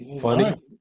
funny